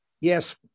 Yes